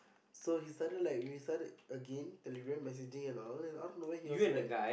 so he started like we started again Telegram messaging and all and out of nowhere he was like